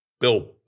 Bill